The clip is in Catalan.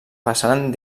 passaren